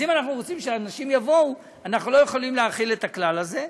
אז אם אנחנו רוצים שאנשים יבואו אנחנו לא יכולים להחיל את הכלל הזה.